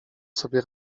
sobie